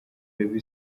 baby